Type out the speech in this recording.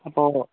അപ്പോൾ